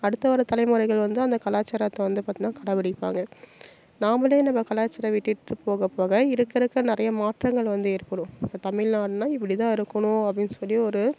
அடுத்து வர்ற தலைமுறைகள் வந்து அந்த கலாச்சாரத்தை வந்து பார்த்தோம்னா கடைப்பிடிப்பாங்க நாம்மளே நம்ம கலாச்சார விட்டுட்டு போக போக இருக்க இருக்க நிறைய மாற்றங்கள் வந்து ஏற்படும் இப்போ தமிழ்நாடுனா இப்படி தான் இருக்கணும் அப்படினு சொல்லி ஒரு